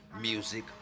Music